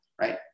right